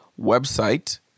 website